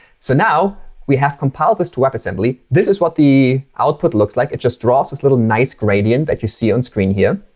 so now we have compiled this to webassembly. this is what the output looks like. it just draws is a little nice gradient that you see on screen here.